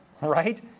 right